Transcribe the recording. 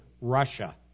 Russia